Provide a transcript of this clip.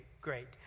great